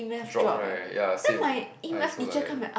drop right ya same I also like that